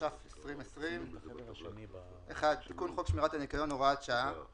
התש"ף 2020 תיקון חוק שמירת הניקיון הוראת שעה 1 .